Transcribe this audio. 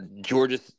Georgia